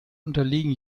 unterliegen